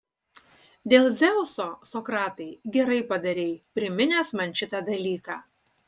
dėl dzeuso sokratai gerai padarei priminęs man šitą dalyką